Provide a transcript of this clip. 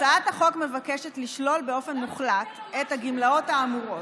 הצעת החוק מבקשת לשלול באופן מוחלט את הגמלאות האמורות,